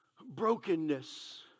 Brokenness